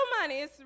money